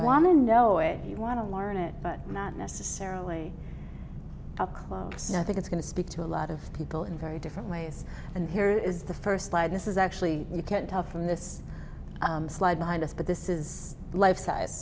to know it you want to learn it but not necessarily up close and i think it's going to speak to a lot of people in very different ways and here is the first lie this is actually you can't tell from this slide behind us but this is life size